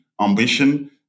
ambition